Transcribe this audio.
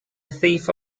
thief